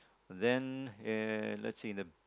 then and let's see in the